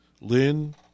Lynn